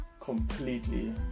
Completely